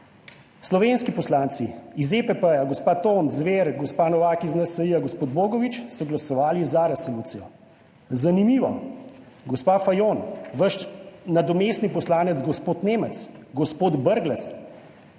Slovenski poslanci iz EPP-ja, gospa Tomc, Zver, gospa Novak iz NSi-ja, gospod Bogovič so glasovali za resolucijo. Zanimivo. Gospa Fajon, vaš nadomestni poslanec, gospod Nemec, gospod Brglez